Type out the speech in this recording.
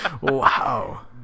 Wow